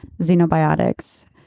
xenobiotics.